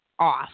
off